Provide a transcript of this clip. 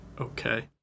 okay